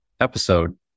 episode